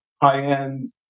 high-end